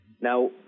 Now